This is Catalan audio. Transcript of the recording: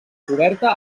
coberta